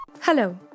hello